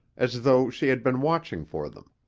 as though she had been watching for them.